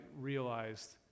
realized